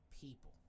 people